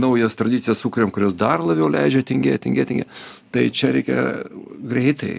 naujas tradicijas sukuriam kurios dar labiau leidžia tingėt tingėt tingėt tai čia reikia greitai